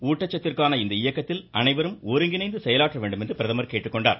ஊட்டச்சத்திற்கான இந்த இயக்கத்தில் அனைவரும் ஒருங்கிணைந்து செயலாற்ற வேண்டுமென்டு பிரதமர் கேட்டுக்கொண்டார்